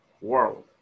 world